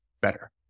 better